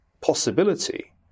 possibility